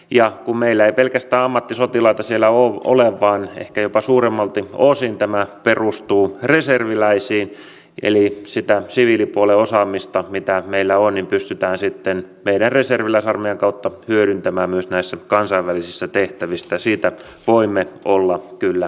ja meillä ei ole siellä pelkästään ammattisotilaita vaan ehkä jopa suuremmalti osin tämä perustuu reserviläisiin eli sitä siviilipuolen osaamista mitä meillä on pystytään sitten meidän reserviläisarmeijamme kautta hyödyntämään myös näissä kansainvälisissä tehtävissä ja siitä voimme olla kyllä ylpeitä